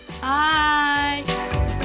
Bye